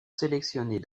sélectionnées